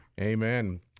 Amen